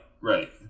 right